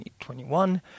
2021